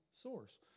source